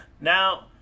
Now